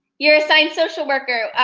your assigned social worker.